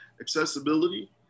accessibility